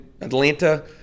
Atlanta